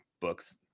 books